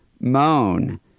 moan